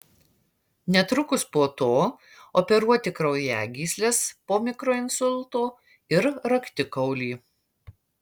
netrukus po to operuoti kraujagysles po mikroinsulto ir raktikaulį